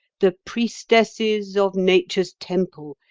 the priestesses of nature's temple,